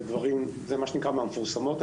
זה מן המפורסמות.